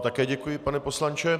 Také vám děkuji, pane poslanče.